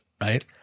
right